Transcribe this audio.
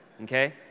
okay